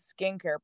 skincare